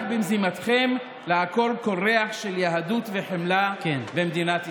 במזימתכם לעקור כל ריח של יהדות וחמלה במדינת ישראל.